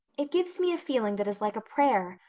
it gives me a feeling that is like a prayer.